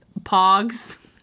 Pogs